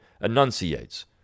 enunciates